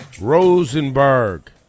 Rosenberg